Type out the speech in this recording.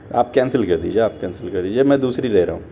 آپ کینسل کر دیجیے آپ کینسل کر دیجیے میں دوسری لے رہا ہوں